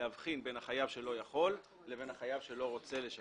להבחין בין החייב שלא יכול לבין החייב שלא רוצה לשלם.